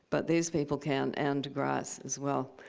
but these people can and grass as well.